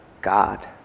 God